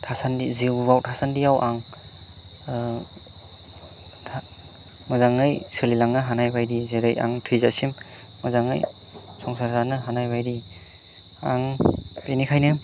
थासान्दि जिउआव थासान्दियाव आं मोजाङै सोलि लांनो हानाय बायदि जेरै आं थैजासिम मोजाङै संसार जानो हानाय बायदि आं बिनिखायनो